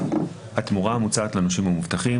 התמורה המוצעת לנושים המובטחים,